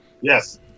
yes